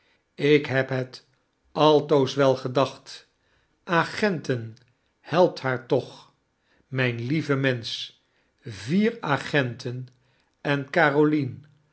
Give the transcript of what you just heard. ik heb het altoos wel gedacht agenten helpt haar toch myn lieve mensch vier agenten en carolien